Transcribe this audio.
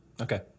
Okay